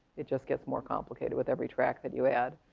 it just gets more complicated with every track that you add.